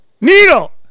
Needle